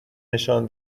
نشان